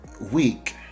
week